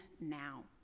now